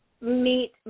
meet